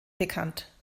bekannt